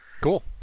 Cool